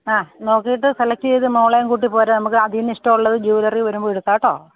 ആ നോക്കിയിട്ട് സെലെക്ടെയ്ത് മോളേം കൂട്ടി പോരൂ നമുക്കതില്നിന്ന് ഇഷ്ടമുള്ളത് ജ്യൂലറി വരുമ്പോള് എടുക്കാം കെട്ടോ